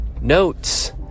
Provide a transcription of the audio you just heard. notes